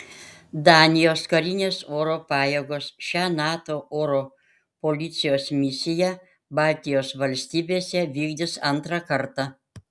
danijos karinės oro pajėgos šią nato oro policijos misiją baltijos valstybėse vykdys antrą kartą